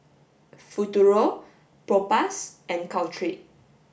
Futuro Propass and Caltrate